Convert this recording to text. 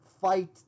fight